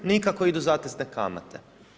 Nikako i idu zatezne kamate.